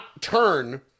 turn